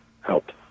helped